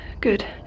Good